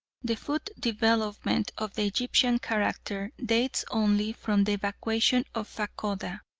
the full development of the egyptian character dates only from the evacuation of fachoda.